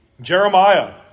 Jeremiah